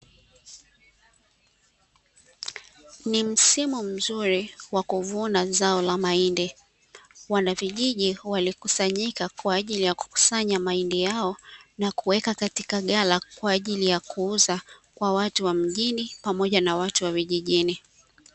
Ni msimu mzuri wa kuvuna zao la mahindi, wanavijiji walikusanyika kwajili ya kukusanyia mahindi yao na kuweka katika ghala kwa ajili ya kuuza kwa watu wa mjini pamoja na watu wa vijijini.